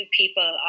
people